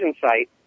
site